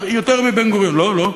יותר מבן-גוריון, לא?